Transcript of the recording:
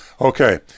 okay